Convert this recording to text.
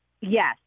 Yes